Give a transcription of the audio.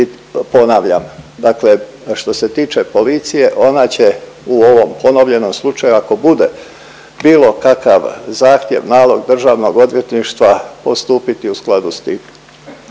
i ponavljam dakle što se tiče policije ona će u ovom ponovljenom slučaju ako bude bilo kakav zahtjev, nalog državnog odvjetništva postupiti u skladu s tim.